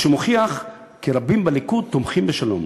מה שמוכיח כי רבים בליכוד תומכים בשלום.